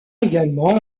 également